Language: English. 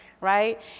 right